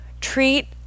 treat